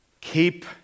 keep